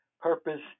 purpose